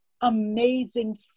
amazing